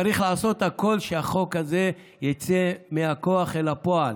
צריך לעשות הכול כדי שהחוק הזה ייצא מהכוח אל הפועל.